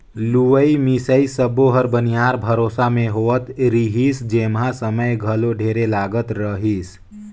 लुवई मिंसई सब्बो हर बनिहार भरोसा मे होवत रिहिस जेम्हा समय घलो ढेरे लागत रहीस